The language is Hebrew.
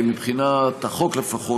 מבחינת החוק לפחות,